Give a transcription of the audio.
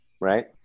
Right